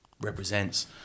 represents